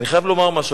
אני חייב לומר משהו.